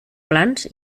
plans